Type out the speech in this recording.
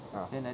ah